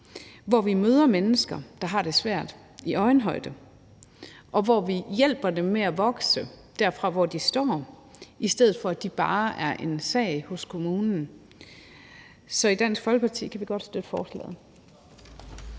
hvor vi møder mennesker, der har det svært, i øjenhøjde, og hvor vi hjælper dem med at vokse derfra, hvor de står, i stedet for at de bare er en sag hos kommunen. Så i Dansk Folkeparti kan vi godt støtte forslaget.